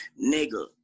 Nigga